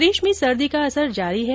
प्रदेश में सर्दी का असर जारी है